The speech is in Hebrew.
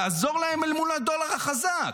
לעזור להם אל מול הדולר החזק.